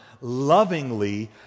lovingly